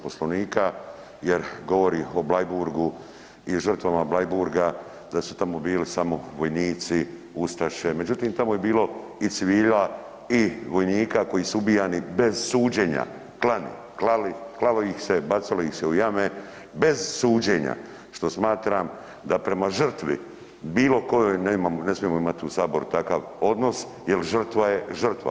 Poslovnika jer govori o Bleiburgu i žrtvama Bleiburga da su tamo bili samo vojnici, ustaše, međutim, tamo je bilo i civila i vojnika koji su ubijani bez suđenja, klani, klali, klalo ih se, bacalo ih se u jame bez suđenja, što smatram da prema žrtvi bilo kojoj ne smijemo imati u Saboru takav odnos jer žrtva je žrtva.